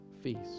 feast